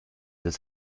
des